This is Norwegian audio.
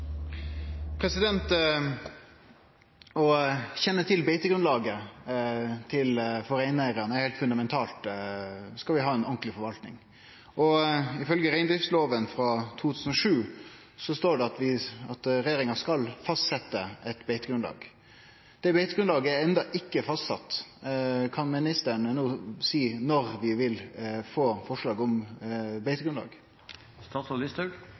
heilt fundamentalt dersom vi skal ha ei ordentleg forvaltning. I reindriftsloven frå 2007 står det at regjeringa skal fastsetje eit beitegrunnlag. Det beitegrunnlaget er enno ikkje fastsett. Kan ministeren seie når vi vil få forslaget om